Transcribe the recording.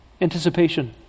Anticipation